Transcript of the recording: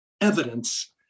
evidence